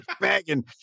bagging